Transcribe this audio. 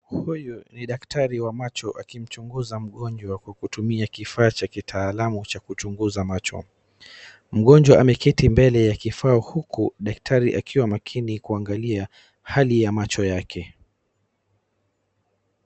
Daktari wa macho akimchunguza mgonjwa kwa kutumia kifaa cha kitaalam cha kuchunguza macho, mgonjwa ameketi mbele ya kifaa huku daktari akiwa makini kuangalia hali ya macho yake.